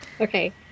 Okay